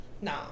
No